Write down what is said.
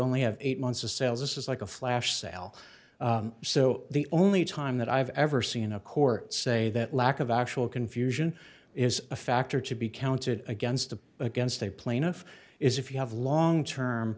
only have eight months to sales us is like a flash sale so the only time that i've ever seen a court say that lack of actual confusion is a factor to be counted against against a plaintiff is if you have long term